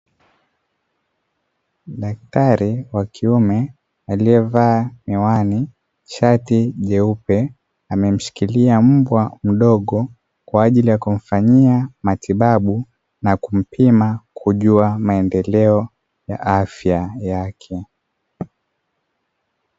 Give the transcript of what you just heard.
Daktari wa kiume aliyevaa miwani, shati jeupe, amemshikilia mbwa mdogo kwa ajili ya kumfanyia matibabu, na kumpima kujua maendeleo ya afya yake.